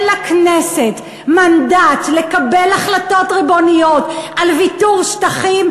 לכנסת מנדט לקבל החלטות ריבוניות על ויתור שטחים,